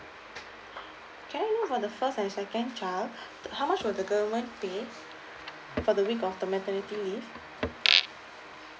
can I know for the first and the second child how much will the government pay for the week of the maternity leave